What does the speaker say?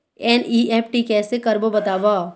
NEFT कैसे करबो बताव?